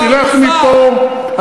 תלך מפה,